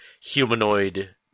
humanoid